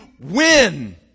win